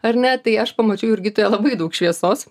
ar ne tai aš pamačiau jurgitoje labai daug šviesos